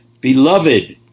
Beloved